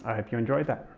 hope you enjoyed that,